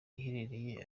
iherereye